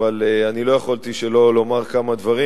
אבל לא יכולתי שלא לומר כמה דברים,